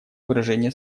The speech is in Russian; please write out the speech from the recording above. выражение